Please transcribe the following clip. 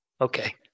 Okay